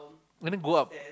let me go up